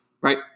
right